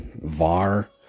VAR